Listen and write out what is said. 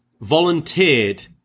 volunteered